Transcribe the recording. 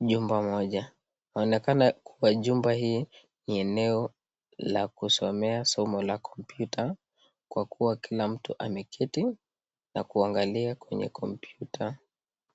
jumba moja. Yaonekana kuwa jumba hii ni eneo la kusomea somo la kompyuta kwa kuwa kila mtu ameketi na kuangalia kwenye kompyuta.